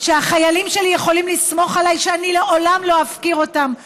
שהחיילים שלי יכולים לסמוך עליי שאני לעולם לא אפקיר אותם בשטח,